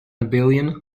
abelian